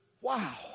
wow